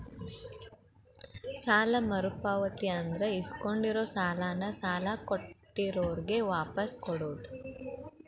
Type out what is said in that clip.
ಸಾಲ ಮರುಪಾವತಿ ಅಂದ್ರ ಇಸ್ಕೊಂಡಿರೋ ಸಾಲಾನ ಸಾಲ ಕೊಟ್ಟಿರೋರ್ಗೆ ವಾಪಾಸ್ ಕೊಡೋದ್